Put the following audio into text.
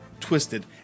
twisted